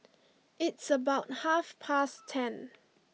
its about half past ten